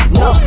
no